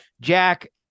Jack